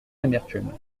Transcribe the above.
amertume